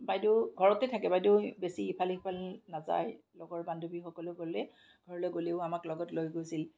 বাইদেউ ঘৰতে থাকে বাইদেউ বেছি ইফাল সিফাল নাযায় লগৰ বান্ধৱীসকলে গ'লে ঘৰলে গ'লেও আমাক লগত লৈ গৈছিল